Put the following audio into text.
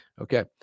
Okay